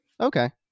Okay